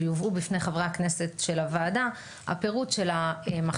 שיובא בפני חברי הכנסת של הוועדה הפירוט של המכשירים.